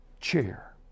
chair